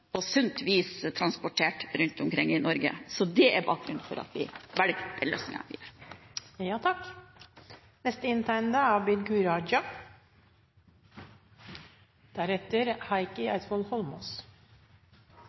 sunt vis transportert rundt i Norge. Det er bakgrunnen for at vi velger den løsningen vi gjør.